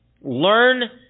Learn